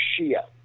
Shia